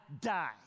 die